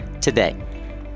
today